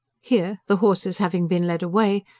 here, the horses having been led away,